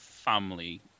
Family